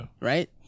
right